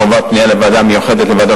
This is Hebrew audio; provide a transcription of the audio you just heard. חובת הפניה לוועדה המיוחדת ולוועדת